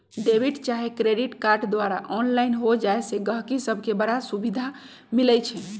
debit चाहे credit card द्वारा online हो जाय से गहकि सभके बड़ सुभिधा मिलइ छै